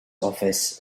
office